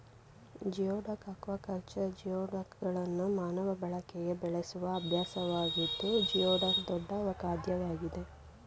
geoduck aquaculture ಜಿಯೋಡಕ್ಗಳನ್ನು ಮಾನವ ಬಳಕೆಗೆ ಬೆಳೆಸುವ ಅಭ್ಯಾಸವಾಗಿದ್ದು ಜಿಯೋಡಕ್ ದೊಡ್ಡ ಖಾದ್ಯವಾಗಿದೆ